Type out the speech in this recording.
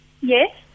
yes